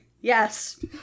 Yes